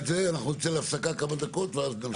תסכם את זה, אנחנו נצא להפסקה כמה דקות ואז נמשיך.